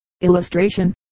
Illustration